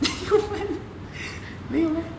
没有 meh 没有 meh